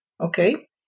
okay